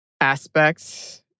aspects